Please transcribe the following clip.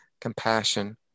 compassion